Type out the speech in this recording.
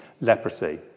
leprosy